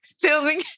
filming